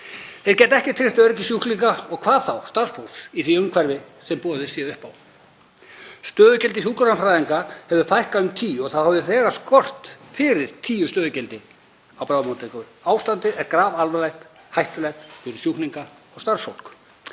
Þeir geta ekki tryggt öryggi sjúklinga og hvað þá starfsfólks í því umhverfi sem boðið er upp á. Stöðugildum hjúkrunarfræðinga hefur fækkað um tíu og fyrir skorti tíu stöðugildi á bráðamóttöku. Ástandið er grafalvarlegt, hættulegt fyrir sjúklinga og starfsfólk.